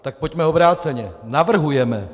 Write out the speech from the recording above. Tak pojďme obráceně: navrhujeme.